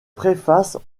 préfaces